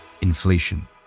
inflation